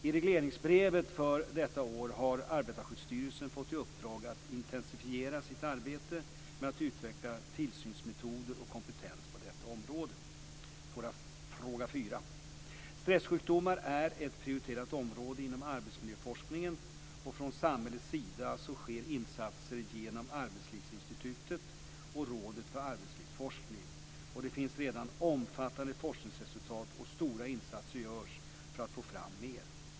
I regleringsbrevet för detta år har Arbetarskyddsstyrelsen fått i uppdrag att intensifiera sitt arbete med att utveckla tillsynsmetoder och kompetens på detta område. Fråga 4: Stressjukdomar är ett prioriterat område inom arbetsmiljöforskningen. Från samhällets sida sker insatser genom Arbetslivsinstitutet och Rådet för arbetslivsforskning. Det finns redan omfattande forskningsresultat, och stora insatser görs för att få fram mer.